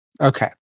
Okay